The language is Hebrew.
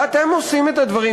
ואתם עושים את הדברים,